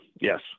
yes